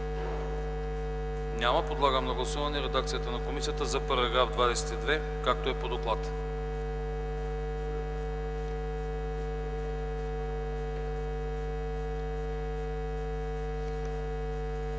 Няма. Подлагам на гласуване редакцията на комисията за § 22, както е по доклад.